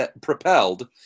propelled